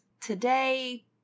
Today